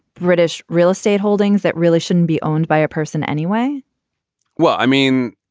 british real estate holdings, that really shouldn't be owned by a person anyway well, i mean,